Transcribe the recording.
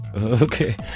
Okay